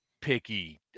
picky